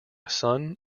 son